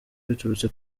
biturutse